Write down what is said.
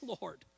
Lord